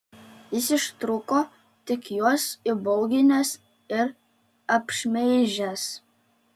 jis ištrūko tik juos įbauginęs ir apšmeižęs